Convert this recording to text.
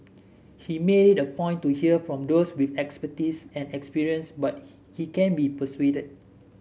he made it a point to hear from those with expertise and experience but he can be persuaded